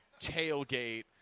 tailgate